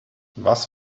was